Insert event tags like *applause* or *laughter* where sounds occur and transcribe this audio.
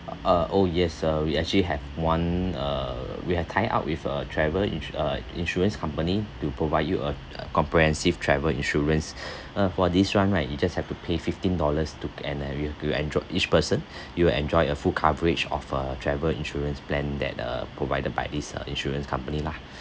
uh oh yes uh we actually have one uh we have tie up with a travel insu~ uh insurance company to provide you a comprehensive travel insurance *breath* uh for this one right you just have to pay fifteen dollars to and then we will enjoy each person *breath* you will enjoy a full coverage of uh travel insurance plan that uh provided by this uh insurance company lah